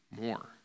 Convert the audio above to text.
more